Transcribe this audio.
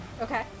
Okay